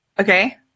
Okay